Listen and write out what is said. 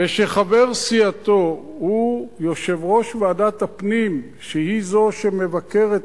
ושחבר סיעתו הוא יושב-ראש ועדת הפנים שהיא זו שמבקרת,